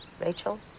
Rachel